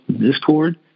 discord